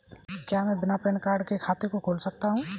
क्या मैं बिना पैन कार्ड के खाते को खोल सकता हूँ?